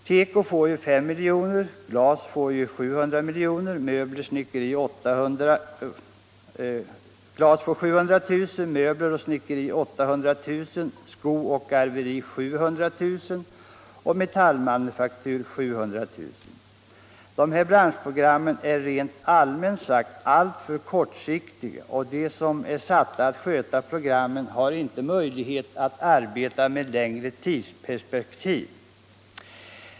Teko får 5 milj.kr., glas 700 000 kr., möbler och snickeri 800 000 kr., sko och garveri 700 000 kr. och metallmanufaktur 700 000 kr. Dessa branschprogram är rent allmänt alltför kortsiktiga, och de som är satta att sköta programmen har inte möjlighet att arbeta med längre tidsperspektiv.